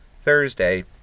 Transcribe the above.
Thursday